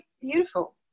beautiful